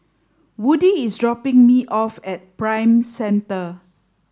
Woody is dropping me off at Prime Centre